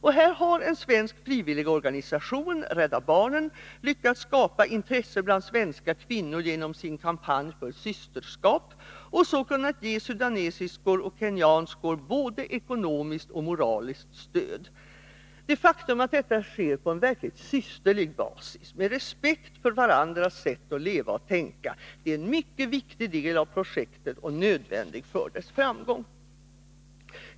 Och här har en svensk frivilligorganisation, Rädda barnen, lyckats skapa intresse bland svenska kvinnor genom sin kampanj för ”systerskap” och så kunnat ge sudanesiskor och kenyanskor både ekonomiskt och moraliskt stöd. Det faktum att detta sker på en verkligt ”systerlig” basis, med respekt för varandras sätt att leva och tänka, är en mycket viktig del av projektet och nödvändigt för dess framgång.